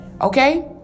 Okay